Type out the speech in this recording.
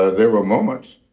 there were moments